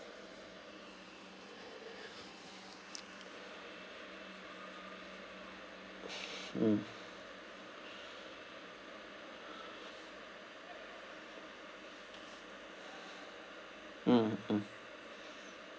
mm mm mm